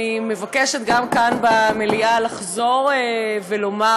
אני מבקשת גם כאן במליאה לחזור ולומר